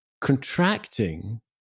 contracting